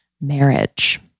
marriage